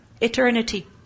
Eternity